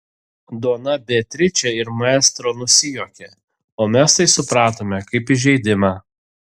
dona beatričė ir maestro nusijuokė o mes tai supratome kaip įžeidimą